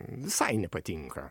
visai nepatinka